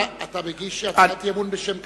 אתה מגיש הצעת אי-אמון בשם קדימה.